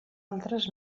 altres